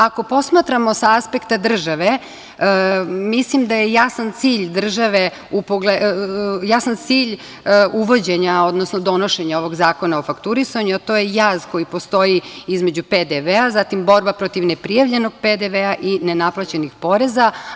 Ako posmatramo sa aspekta države, mislim da je jasan cilj uvođenja, odnosno donošenja ovog Zakona o fakturisanju, a to je jaz koji postoji između PDV-a, zatim borba protiv neprijavljenog PDV-a i nenaplaćenih poreza.